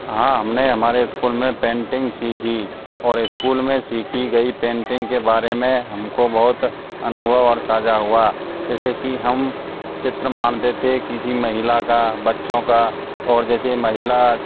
हाँ हमने हमारे इस्कूल में पेंटिंग सीखी और इस्कूल में सीखी गई पेंटिंग के बारे में हमको बहुत अनुभव और सांझा हुआ जैसे कि हम चित्र मानते थे किसी महिला का बच्चों का और जैसे महिला